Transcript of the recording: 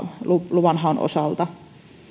luvan haun osalta